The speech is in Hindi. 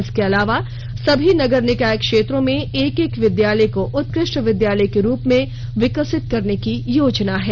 इसके अलावा सभी नगर निकाय क्षेत्रों में एक एक विद्यालय को उत्कृष्ट विद्यालय के रूप में विकसित करने की योजना है